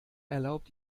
erlaubt